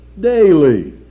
daily